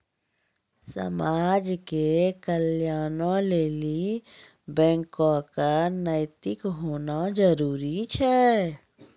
समाज के कल्याणों लेली बैको क नैतिक होना जरुरी छै